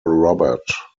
robert